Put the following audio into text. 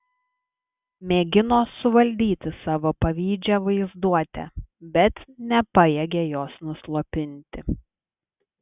mėgino suvaldyti savo pavydžią vaizduotę bet nepajėgė jos nuslopinti